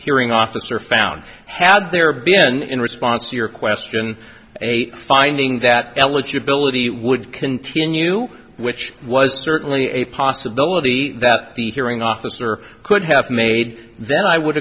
hearing officer found had there been in response to your question a finding that eligibility would continue which was certainly a possibility that the hearing officer could have made very i would